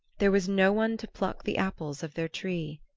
there was no one to pluck the apples of their tree.